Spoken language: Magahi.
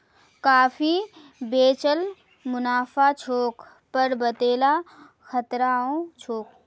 काफी बेच ल मुनाफा छोक पर वतेला खतराओ छोक